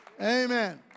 Amen